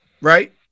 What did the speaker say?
right